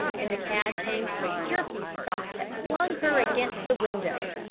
and the cab came to a jerky stop that flung her against the window.